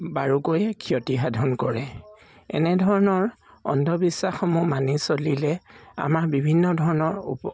বাৰুকৈয়ে ক্ষতিসাধন কৰে এনেধৰণৰ অন্ধবিশ্বাসসমূহ মানি চলিলে আমাৰ বিভিন্ন ধৰণৰ উপ